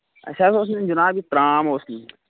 اَسہِ حظ اوس جِناب یہِ ترام اوس نیُن